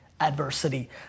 adversity